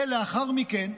ולאחר מכן,